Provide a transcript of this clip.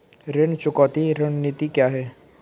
ऋण चुकौती रणनीति क्या है?